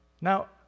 Now